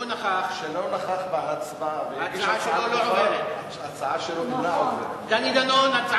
להלן תמצית התשובה של חברת "אל על",